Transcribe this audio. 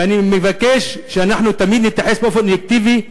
ואני מבקש שאנחנו תמיד נתייחס באופן אובייקטיבי,